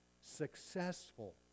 successful